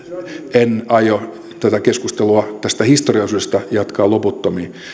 en aio tätä keskustelua tästä historiaosuudesta jatkaa loputtomiin